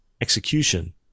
execution